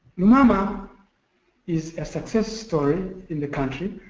lumama is a success story in the country.